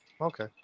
okay